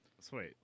Sweet